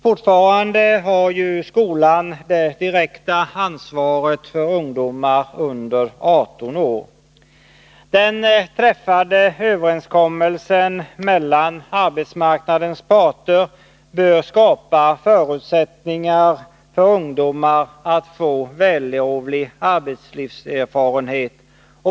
Fortfarande har skolan det direkta ansvaret för ungdomar under 18 år. Den träffade överenskommelsen mellan arbetsmarknadens parter bör skapa förutsättningar för ungdomar att få vällovlig arbetslivserfarenhet.